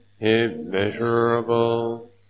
immeasurable